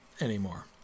anymore